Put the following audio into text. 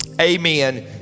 Amen